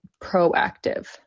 proactive